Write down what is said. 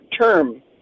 term